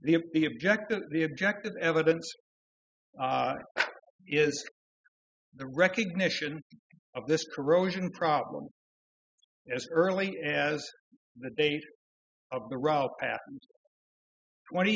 the the objective the objective evidence is the recognition of this corrosion problem as early as the date of the route twenty